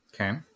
okay